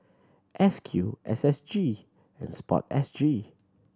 S Q S S G and Sport S G